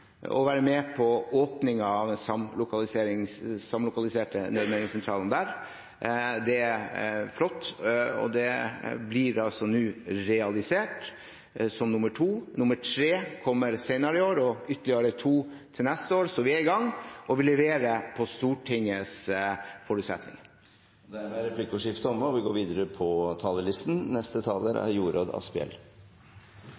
og være med på åpningen av den samlokaliserte nødmeldingssentralen der. Det er flott, og den blir nå realisert som nr. 2, nr. 3 kommer senere i år – og ytterligere to neste år. Vi er i gang, og vi leverer i henhold til Stortingets forutsetninger. Replikkordskiftet er omme. De talere som heretter får ordet, har en taletid på inntil 3 minutter. En kan oppleve og